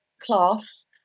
class